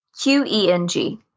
Q-E-N-G